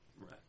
Right